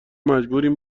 مجبوریم